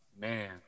man